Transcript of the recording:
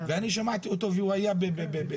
אני שמעתי אותו והוא היה בחריש.